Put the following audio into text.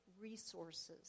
resources